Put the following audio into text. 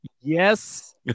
yes